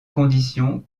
conditions